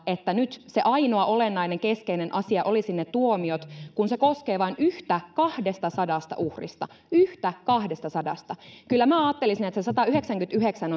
että nyt se ainoa olennainen keskeinen asia olisivat ne tuomiot kun se koskee vain yhtä kahdestasadasta uhrista yhtä kahdestasadasta kyllä minä ajattelisin että se satayhdeksänkymmentäyhdeksän